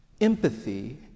Empathy